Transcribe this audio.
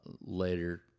later